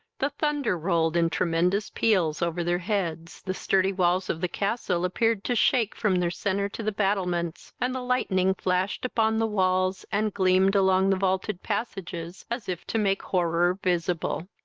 the thunder rolled in tremendous peals over their heads, the sturdy walls of the castle appeared to shake from their centre to the battlements, and the lightning flashed upon the walls, and gleamed along the vaulted passages, as if to make horror visible.